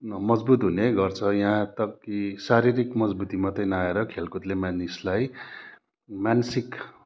मजबुत हुने गर्छ यहाँ तक कि शारीरिक मजबुती मात्र नआएर खेलकुदले मानिसलाई मानसिक